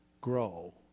grow